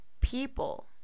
People